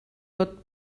tot